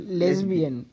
lesbian